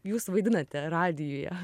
jūs vaidinate radijuje